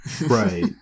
Right